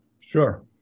Sure